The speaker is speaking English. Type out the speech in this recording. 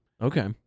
Okay